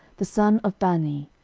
the son of bani,